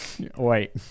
Wait